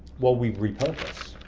well, we repurpose.